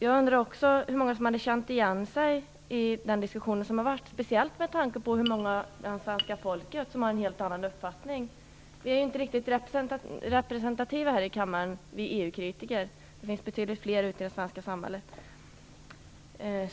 Jag undrar också hur många som hade känt igen sig i den diskussion som har varit, speciellt med tanke på hur många bland svenska folket som har en helt annan uppfattning. Vi EU-kritiker är inte riktigt representativa i kammaren. Det finns betydligt fler kritiker ute i det svenska samhället.